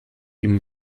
ihm